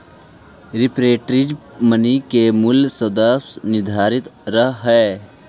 representative money के मूल्य सदैव निर्धारित रहऽ हई